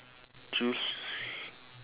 choose